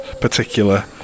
particular